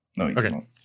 Okay